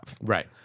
Right